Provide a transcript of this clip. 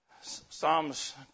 Psalms